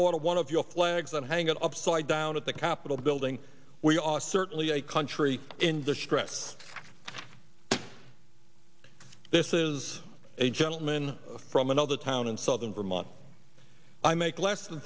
order one of your flags and hang it upside down at the capitol building we are certainly a country in distress this is a gentleman from another town in southern vermont i make less than